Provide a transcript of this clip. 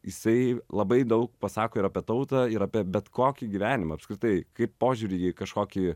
jisai labai daug pasako ir apie tautą ir apie bet kokį gyvenimą apskritai kaip požiūrį į kažkokį